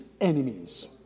enemies